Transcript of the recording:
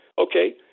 Okay